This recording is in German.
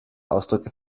ausdrücke